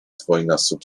dwójnasób